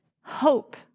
hope